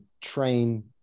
train